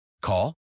Call